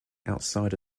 outside